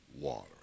water